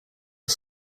are